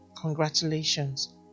congratulations